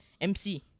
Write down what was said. MC